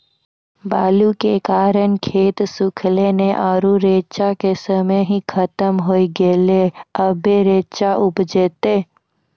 बालू के कारण खेत सुखले नेय आरु रेचा के समय ही खत्म होय गेलै, अबे रेचा उपजते?